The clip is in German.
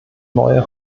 neue